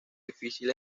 difícil